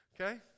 Okay